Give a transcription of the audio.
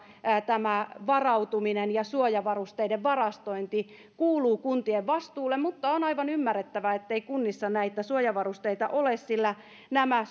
tämä varautuminen ja suojavarusteiden varastointi kuuluu kuntien vastuulle mutta on aivan ymmärrettävää ettei kunnissa näitä suojavarusteita ole sillä nämä